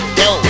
yo